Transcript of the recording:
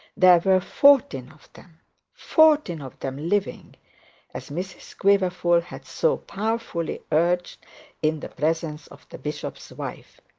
there were fourteen of them fourteen of them living as mrs quiverful had so powerfully urged in the presence of the bishop's wife.